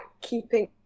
keeping